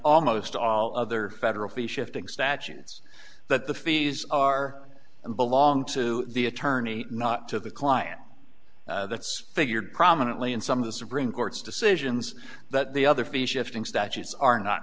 almost all other federal fee shifting statutes that the fees are and belong to the attorney not to the client that's figured prominently in some of the supreme court's decisions that the other fee shifting statutes are not